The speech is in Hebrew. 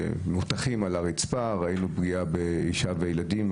שמוטחים על הרצפה, ראינו גם פגיעה באישה וילדים.